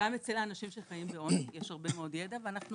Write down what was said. גם אצל האנשים שחיים בעוני יש הרבה מאוד ידע ואנחנו